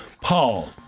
Paul